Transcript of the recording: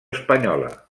espanyola